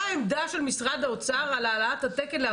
מה העמדה של משרד האוצר על העלאת התקן?